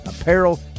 apparel